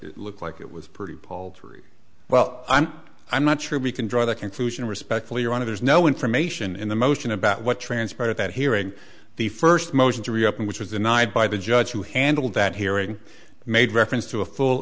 it looked like it was pretty paltry well i'm i'm not sure we can draw the conclusion respectfully your honor there's no information in the motion about what transpired at that hearing the first motion to reopen which was denied by the judge who handled that hearing made reference to a full